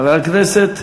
חבר הכנסת